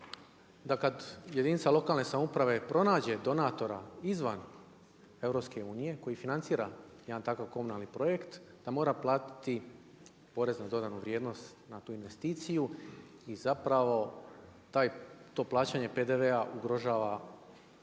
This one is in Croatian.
da kada jedinica lokalne samouprave pronađe donatora izvan EU, koji financira jedan takav komunalni projekt da mora platiti porez na dodanu vrijednost na tu investiciju i zapravo to plaćanje PDV-a ugrožava